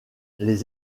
les